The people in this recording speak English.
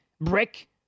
brick